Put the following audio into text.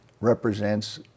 represents